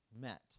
met